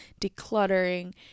decluttering